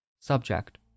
Subject